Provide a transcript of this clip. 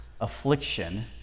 affliction